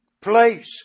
place